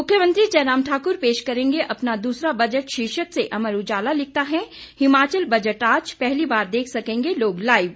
मुख्यमंत्री जयराम ठाकुर पेश करेंगे अपना दूसरा बजट शीर्षक से अमर उजाला लिखता है हिमाचल बजट आज पहली बार देख सकेंगे लोग लाइव